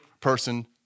person